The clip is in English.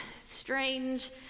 strange